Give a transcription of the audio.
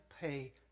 pay